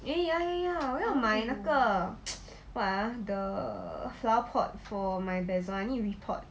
eh ya ya ya 我要买那个 what ah the flower pot for my basil I need repot